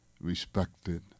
respected